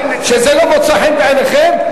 שזה לא מוצא חן בעיניכם,